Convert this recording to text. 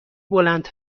بلند